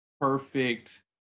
perfect